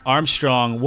Armstrong